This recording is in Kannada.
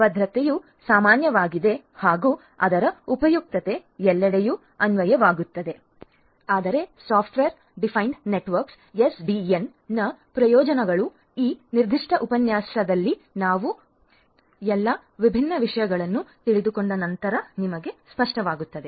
ಭದ್ರತೆಯು ಸಾಮಾನ್ಯವಾಗಿದೆ ಹಾಗೂ ಅದರ ಉಪಯುಕ್ತತೆ ಎಲ್ಲೆಡೆಯೂ ಅನ್ವಯವಾಗುತ್ತದೆ ಆದರೆ ಎಸ್ಡಿಎನ್ ನ ಪ್ರಯೋಜನಗಳು ಈ ನಿರ್ದಿಷ್ಟ ಉಪನ್ಯಾಸದಲ್ಲಿ ನಾವು ಎಲ್ಲಾ ವಿಭಿನ್ನ ವಿಷಯಗಳನ್ನು ತಿಳಿದುಕೊಂಡ ನಂತರ ನಿಮಗೆ ಸ್ಪಷ್ಟವಾಗುತ್ತವೆ